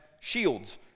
shields